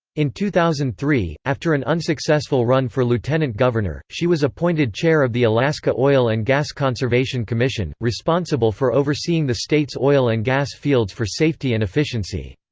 in two thousand and three, after an unsuccessful run for lieutenant governor, she was appointed chair of the alaska oil and gas conservation commission, responsible for overseeing the state's oil and gas fields for safety and efficiency.